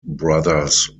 brothers